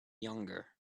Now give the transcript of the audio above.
younger